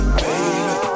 baby